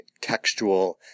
textual